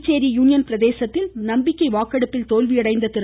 Puducherry union பிரதேசத்தில் நம்பிக்கை வாக்கெடுப்பில் தோல்வியடைந்த திரு